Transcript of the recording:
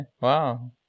wow